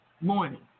morning